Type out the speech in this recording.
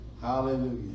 Hallelujah